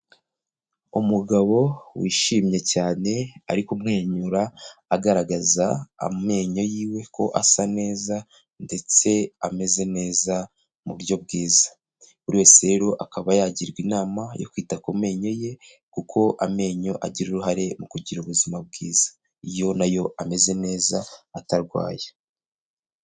Umugabo wishimye cyane ari kumwenyura, agaragaza amenyo yiwe ko asa neza, ndetse ameze neza mu buryo bwiza, buri wese rero akaba yagirwa inama yo kwita ku menyo ye, kuko amenyo agira uruhare mu kugira ubuzima bwiza, iyo na yo ameze neza atarwaye.